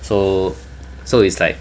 so so it's like